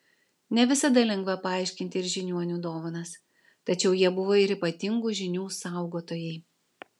ne visada lengva paaiškinti ir žiniuonių dovanas tačiau jie buvo ir ypatingų žinių saugotojai